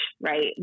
Right